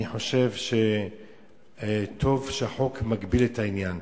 אני חושב שטוב שהחוק מגביל את העניין.